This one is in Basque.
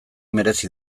merezi